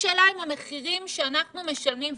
השאלה היא האם המחירים שאנחנו משלמים,